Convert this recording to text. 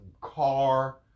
car